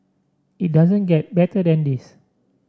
it doesn't get better than this